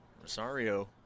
Rosario